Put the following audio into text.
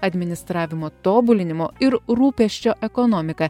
administravimo tobulinimo ir rūpesčio ekonomika